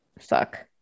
suck